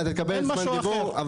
יוסף, אתה תקבל זכות דיבור.